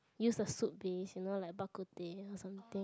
use the soup base you know like bak kut teh or something